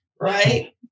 right